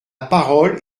parole